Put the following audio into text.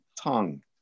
tongue